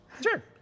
Sure